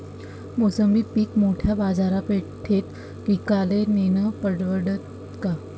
मोसंबी पीक मोठ्या बाजारपेठेत विकाले नेनं परवडन का?